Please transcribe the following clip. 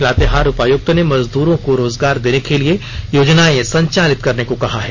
लातेहार उपायुक्त ने मजदूरों को रोजगार देने के लिए योजनाएं संचालित करने को कहा है